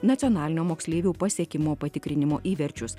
nacionalinio moksleivių pasiekimo patikrinimo įverčius